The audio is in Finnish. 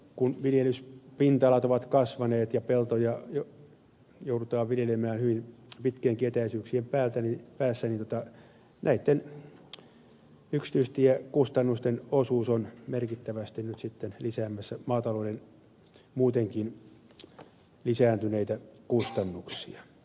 kun viljelyspinta alat ovat kasvaneet ja peltoja joudutaan viljelemään hyvin pitkienkin etäisyyksien päässä niin näitten yksityistiekustannusten osuus on merkittävästi nyt sitten lisäämässä maatalouden muutenkin lisääntyneitä kustannuksia